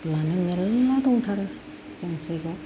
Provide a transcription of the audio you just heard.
स्कुलानो मेरला दंथारो जोंनि जायगायाव